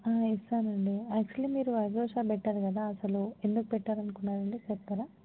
ఇస్తాను అండి యాక్చువల్లీ మీరు ఆగ్రో షాప్ పెట్టారు కదా అసలు ఎందుకు పెట్టాలి అనుకున్నారు చెప్తారా